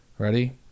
Ready